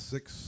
six